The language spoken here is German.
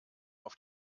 auf